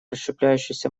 расщепляющегося